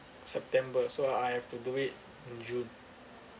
september so uh I have to do it june